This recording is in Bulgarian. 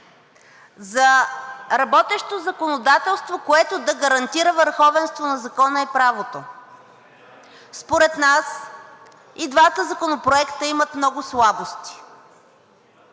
за работещо законодателство, което да гарантира върховенство на закона и правото? Според нас и двата законопроекта имат много слабости